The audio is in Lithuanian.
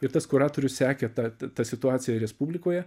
ir tas kuratorius sekė tą tą situaciją respublikoje